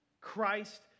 Christ